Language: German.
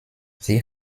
sie